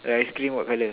her ice cream what colour